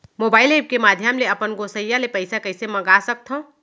Mobile के माधयम ले अपन गोसैय्या ले पइसा कइसे मंगा सकथव?